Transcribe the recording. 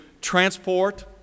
transport